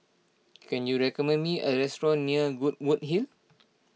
can you recommend me a restaurant near Goodwood Hill